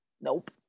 Nope